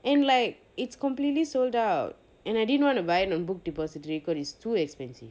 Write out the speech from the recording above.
and like it's completely sold out and I didn't want to buy it on book depository because it's too expensive